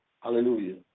Hallelujah